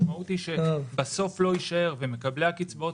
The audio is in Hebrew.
המשמעות היא שבסוף לא יישאר ומקבלי הקצבאות